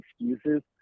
excuses